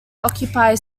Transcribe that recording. occupy